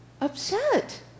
upset